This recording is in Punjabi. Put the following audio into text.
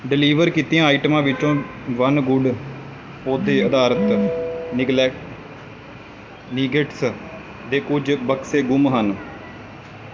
ਡਿਲੀਵਰ ਕੀਤੀਆਂ ਆਈਟਮਾਂ ਵਿੱਚੋਂ ਵਨ ਗੁਡ ਪੌਦੇ ਅਧਾਰਤ ਨਿਗਲੈਟ ਨਗੇਟਸ ਦੇ ਕੁਝ ਬਕਸੇ ਗੁੰਮ ਹਨ